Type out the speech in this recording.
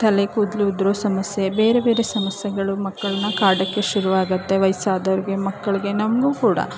ತಲೆ ಕೂದಲು ಉದುರೋ ಸಮಸ್ಯೆ ಬೇರೆ ಬೇರೆ ಸಮಸ್ಯೆಗಳು ಮಕ್ಕಳನ್ನ ಕಾಡೋಕ್ಕೆ ಶುರುವಾಗುತ್ತೆ ವಯಸ್ಸಾದವ್ರಿಗೆ ಮಕ್ಕಳಿಗೆ ನಮಗೂ ಕೂಡ